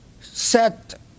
set